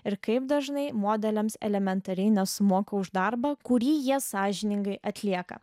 ir kaip dažnai modeliams elementariai nesumoka už darbą kurį jie sąžiningai atlieka